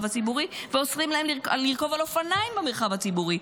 הציבורי ואוסרים עליהן לרכוב על אופניים במרחב הציבורי.